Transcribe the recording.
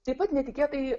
taip pat netikėtai